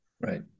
right